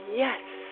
yes